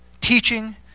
teaching